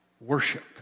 worship